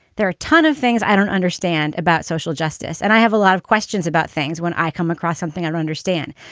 there are a ton of things i don't understand about social justice. and i have a lot of questions about things when i come across something, i understand.